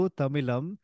Tamilam